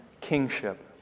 kingship